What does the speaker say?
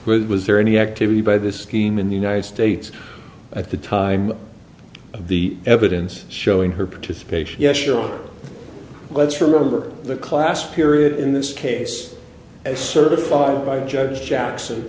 with was there any activity by this scheme in the united states at the time of the evidence showing her participation yes sure let's remember the class period in this case as certified by the judge jackson